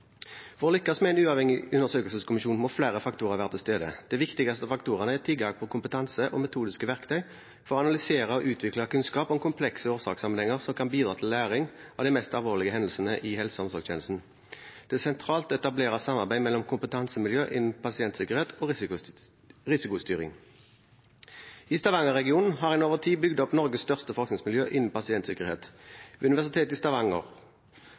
For å lykkes med en uavhengig undersøkelseskommisjon må flere faktorer være til stede. De viktigste faktorene er tilgang på kompetanse og metodiske verktøy for å analysere og utvikle kunnskap om komplekse årsakssammenhenger som kan bidra til læring av de mest alvorlige hendelsene i helse- og omsorgstjenesten. Det er sentralt å etablere samarbeid mellom kompetansemiljø innen pasientsikkerhet og risikostyring. I Stavanger-regionen har en over tid bygd opp Norges største forskningsmiljø innen pasientsikkerhet ved Universitetet i Stavanger.